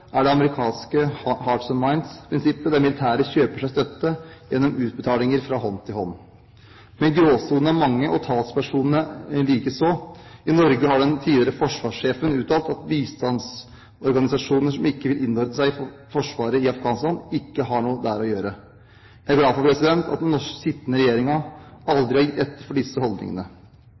er det amerikanske «hearts and minds»-prinsippet, der militæret kjøper seg støtte gjennom utbetalinger fra hånd til hånd. Men gråsonene er mange, og talspersonene likeså. I Norge har den tidligere forsvarssjefen uttalt at bistandsorganisasjoner som ikke vil innordne seg Forsvaret i Afghanistan, ikke har noe der å gjøre. Jeg er glad for at den sittende regjeringen aldri har gitt etter for disse holdningene.